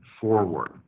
forward